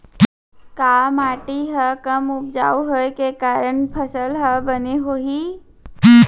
का माटी हा कम उपजाऊ होये के कारण फसल हा बने होही?